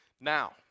Now